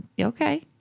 Okay